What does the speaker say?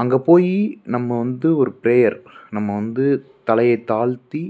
அங்கே போய் நம்ம வந்து ஒரு பிரேயர் நம்ம வந்து தலையை தாழ்த்தி